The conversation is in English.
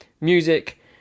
music